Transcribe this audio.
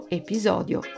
episodio